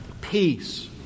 Peace